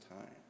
time